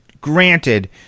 granted